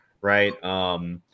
right